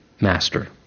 master